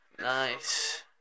Nice